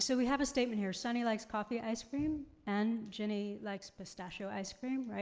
so we have a statement here. sunny likes coffee ice cream and ginny likes pistachio ice cream, right?